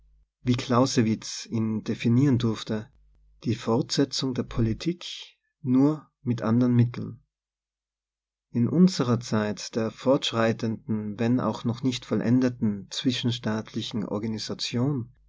wie clausewitz ihn definieren durfte die fortsetzung der politik nur mit andern mitteln in unserer zeit der fort schreitenden wenn auch noch nicht vollendeten zwischenstaatlichen organisation